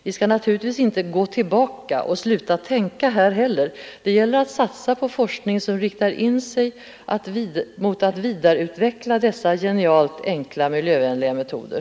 Vi skall naturligtvis inte heller ”gå tillbaka” och sluta tänka här, utan det gäller att satsa på forskning som riktar in sig på att vidareutveckla dessa genialt enkla miljövänliga metoder.